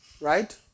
right